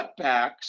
cutbacks